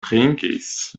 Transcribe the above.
trinkis